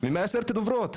ומעשרת הדברות.